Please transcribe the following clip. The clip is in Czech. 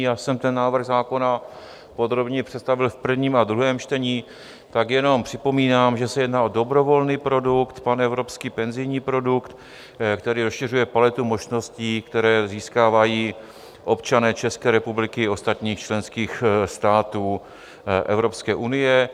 Já jsem ten návrh zákona podrobněji představil v prvním a druhém čtení, tak jenom připomínám, že se jedná o dobrovolný produkt, panevropský penzijní produkt, který rozšiřuje paletu možností, které získávají občané České republiky i ostatních členských států Evropské unie.